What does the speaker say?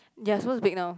you're supposed to pick now